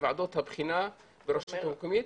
בוועדות הבחינה ברשות המקומית.